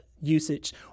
usage